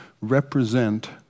represent